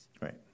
Right